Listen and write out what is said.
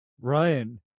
Ryan